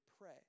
pray